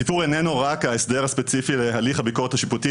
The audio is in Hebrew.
הסיפור איננו רק ההסדר הספציפי להליך הביקורת השיפוטית.